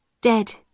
Dead